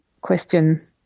question